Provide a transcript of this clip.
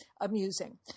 amusing